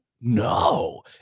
No